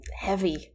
heavy